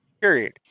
Period